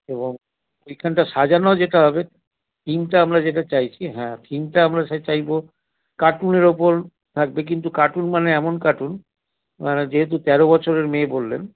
এবং ওইখানটা সাজানো যেটা হবে থিমটা আমরা যেটা চাইছি হ্যাঁ থিমটা আমরা চাইবো কার্টুনের ওপর থাকবে কিন্তু কার্টুন মানে এমন কার্টুন মানে যেহেতু তেরো বছরের মেয়ে বললেন